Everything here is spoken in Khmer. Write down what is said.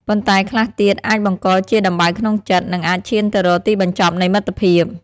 ប៉ុន្តែខ្លះទៀត អាចបង្កជាដំបៅក្នុងចិត្ត និងអាចឈានទៅរកទីបញ្ចប់នៃមិត្តភាព។